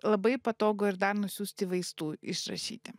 labai patogu ir dar nusiųsti vaistų išrašyti